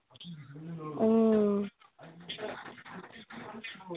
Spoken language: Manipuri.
ꯑꯣ